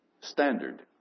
standard